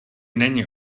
není